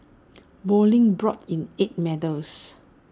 bowling brought in eight medals